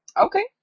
Okay